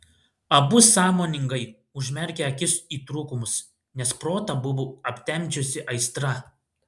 abu sąmoningai užmerkė akis į trūkumus nes protą buvo aptemdžiusi aistra